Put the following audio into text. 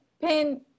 pin